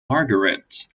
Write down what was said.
margaret